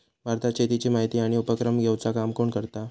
भारतात शेतीची माहिती आणि उपक्रम घेवचा काम कोण करता?